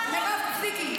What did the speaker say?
מירב, תפסיקי.